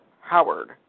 Howard